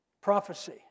Prophecy